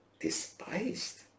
despised